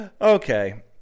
Okay